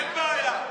אין בעיה.